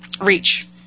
reach